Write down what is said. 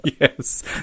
Yes